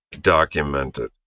documented